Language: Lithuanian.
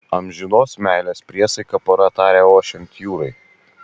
amžinos meilės priesaiką pora tarė ošiant jūrai